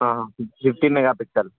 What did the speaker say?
ఫి fifteen mega pixel